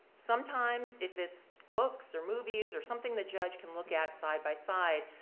sometimes, if it's books or movies or something the judge can look at side by side,